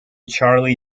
charlie